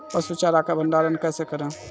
पसु चारा का भंडारण कैसे करें?